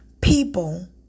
people